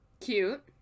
Cute